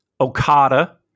Okada